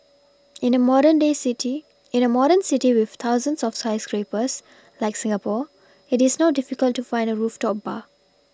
in a modern day city in a modern city with thousands of skyscrapers like Singapore it is not difficult to find a rooftop bar